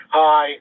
hi